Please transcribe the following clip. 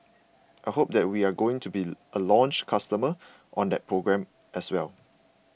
I hope that we're going to be a launch customer on that program as well